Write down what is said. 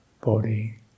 body